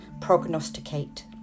Prognosticate